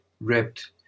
wrapped